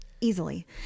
Easily